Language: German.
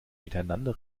miteinander